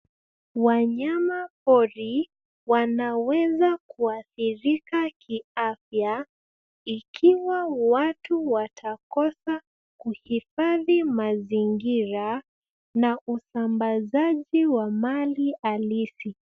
Wanyamapori wanaweza kuathirika kiafya ikiwa watu watakosa kuhifadhi mazingira na usambazaji wa mali halisi.